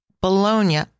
Bologna